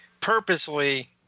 purposely